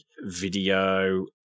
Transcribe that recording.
video